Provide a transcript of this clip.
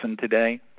today